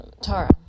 Tara